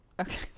okay